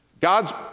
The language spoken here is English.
God's